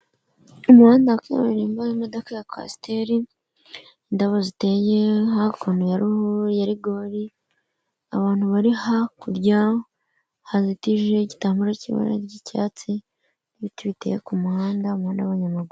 Umuhanda wa kaburimbo, imodoka ya kwasiteri, indabo ziteye hakuno ya rigori, abantu bari hakurya bateze igitambaro cy'ibara ry'icyatsi n'ibiti biteye ku muhanda, hamwe n'abanyamaguru.